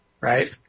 right